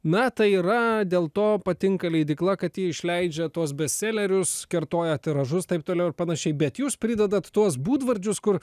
na tai yra dėl to patinka leidykla kad ji išleidžia tuos bestselerius kartoja tiražus taip toliau ir panašiai bet jūs pridedat tuos būdvardžius kur